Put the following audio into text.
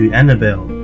Annabelle